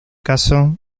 caso